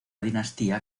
dinastía